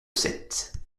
sète